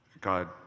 God